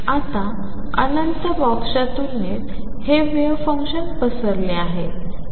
आता अनंत बॉक्सच्या तुलनेत हे वेव्ह फंक्शन पसरले आहे